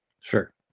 sure